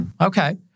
okay